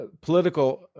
political